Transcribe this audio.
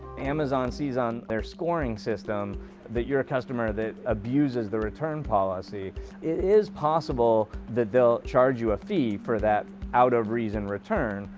amazon sees on their scoring system that you're a customer that abuses the return policy. it is possible that they'll charge you a fee for that out-of-reason return,